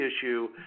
issue